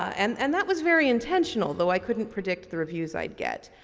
and and that was very intentional though i couldn't predict the reviews i would get.